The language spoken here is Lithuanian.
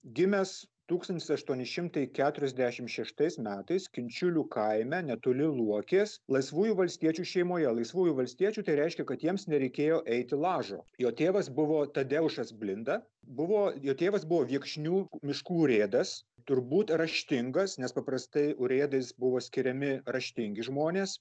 gimęs tūkstantis aštuoni šimtai keturiasdešimt šeštais metais kinčiulių kaime netoli luokės laisvųjų valstiečių šeimoje laisvųjų valstiečių tai reiškia kad jiems nereikėjo eiti lažo jo tėvas buvo tadeušas blinda buvo jo tėvas buvo viekšnių miškų urėdas turbūt raštingas nes paprastai urėdais buvo skiriami raštingi žmonės